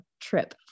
trip